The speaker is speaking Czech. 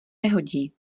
nehodí